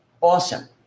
awesome